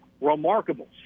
remarkable